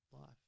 life